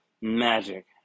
magic